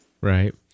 Right